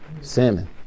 Salmon